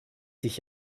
dich